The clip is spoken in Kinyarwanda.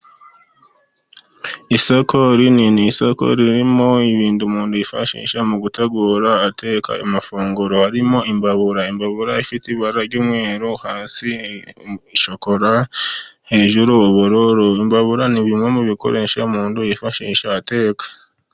Isoko rinini, isoko ririmo ibintu umuntu yifashisha mu gutegura ateka amafunguro harimo imbabura. Imbabura ifite ibara ry'umweru, hasi shokora, hejuru ubururu. Imbabura ni bimwe mu bikoresho umuntu yifashisha ateka.